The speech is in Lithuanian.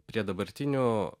prie dabartinių